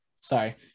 Sorry